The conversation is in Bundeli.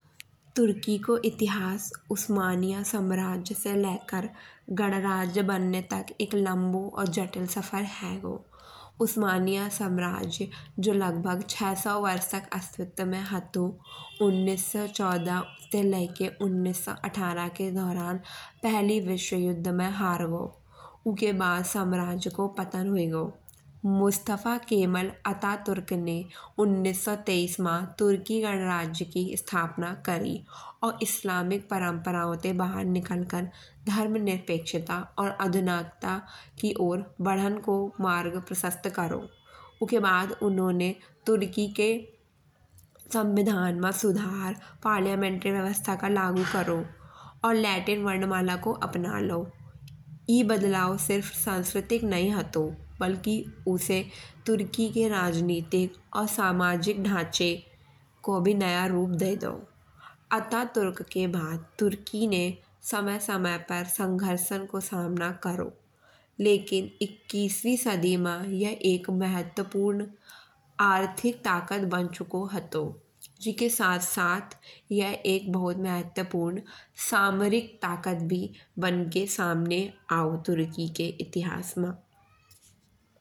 तुर्की को इतिहास उस्मानिया साम्राज्य से लेकर गणराज्य बनने तक एक लम्बो और जटिल सफर हैगो। उस्मानिया साम्राज्य जो लगभग छे सौ वर्ष तक अस्तित्व में हतो। उन्नेस सौ चौदह से लेकर उन्नेस सौ अठारह के दौरान पहली विश्वयुद्ध में हर गओ। उके बाद साम्राज्य को पतन हुई गओ। मुस्तफा केमल अतातुर्क ने उन्नेस सौ तैस में तुर्की गणराज्य की स्थापना करी। मूर इस्लामिक परम्पराओं ते बाहर निकल कर धर्म निरपेक्षता और आधुनिकता की ओर बढ़न को मार्ग प्रशस्त करो। उके बाद उन्होने तुर्की के संविधान मा सुधार पार्लियामेंटरी व्यवस्था को लागू करो। और लातिन वर्णमाला को अपनालाओ। ई बदलाव सिर्फ सांस्कृतिक नहीं हतो बल्कि उसे तुर्की के राजनीतिक और सामाजिक ढांचे को भी नया रूप दे दाओ। अतातुर्क के बाद तुर्की ने समय समय पर संघर्षन को सामना करो। लेकिन इक्कसवी सदी मा आयह एक महत्वपूर्ण आर्थिक ताकत बन चुको हतो। जिके साथ साथ यह एक भोत महत्वपूर्ण सामरिक ताकत भी बनके आओ तुर्की के इतिहास मा।